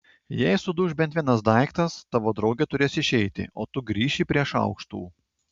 jei suduš bent vienas daiktas tavo draugė turės išeiti o tu grįši prie šaukštų